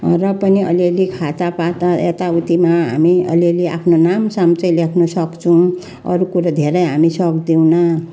र पनि अलिअलि खातापाता यताउतिमा हामी अलिअलि आफ्नो नामसाम चाहिँ लेख्नसक्छौँ अरू कुरो धेरै हामी सक्दैनौँ